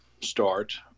start